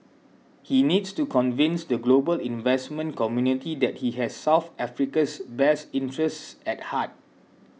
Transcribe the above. he needs to convince the global investment community that he has South Africa's best interests at heart